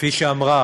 כפי שאמרה